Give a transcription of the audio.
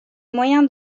moyen